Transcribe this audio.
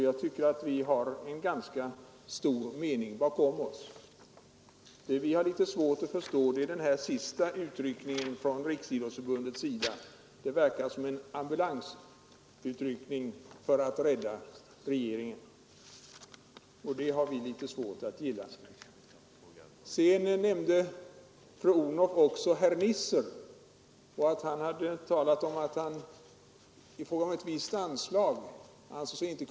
Jag tycker därför att vi har en stark opinion bakom oss. Vad vi har litet svårt att förstå är den sista utryckningen från Riksidrottsförbundets sida; det verkar som en ambulansutryckning för att rädda regeringen, och det har vi litet svårt att gilla. Fru Odhnoff hade uppmärksammat att herr Nisser inte hade ansett sig kunna gå med på ett visst anslag.